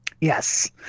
Yes